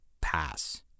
pass